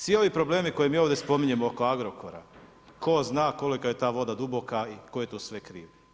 Svi ovi problemi koje mi ovdje spominjemo oko Agrokora, tko zna koliko je ta voda duboka i tko je tu sve kriv.